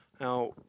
Now